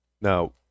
Now